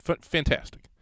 fantastic